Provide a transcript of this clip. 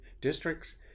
districts